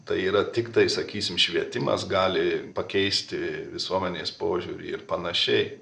tai yra tiktai sakysim švietimas gali pakeisti visuomenės požiūrį ir panašiai